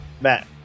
Matt